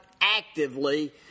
actively